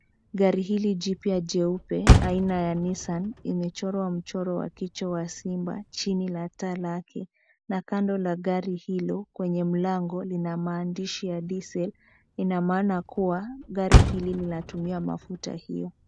Gari hili jipya jeupe aina ya Nissan imechorwa mchoro wa kichwa wa simba chini la taa lake na kando la gari hilo kwenye mlango lina maandishi ya diesel , ina maana kuwa gari hili linatumia mafuta hiyo.